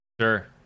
Sure